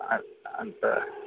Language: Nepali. अन्त